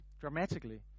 dramatically